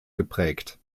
geprägt